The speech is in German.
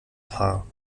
haar